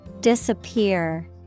disappear